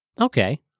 Okay